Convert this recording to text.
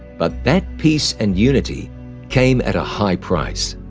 but that peace and unity came at a high price.